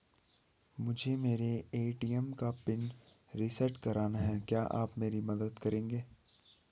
मुझे मेरे ए.टी.एम का पिन रीसेट कराना है क्या आप मेरी मदद करेंगे?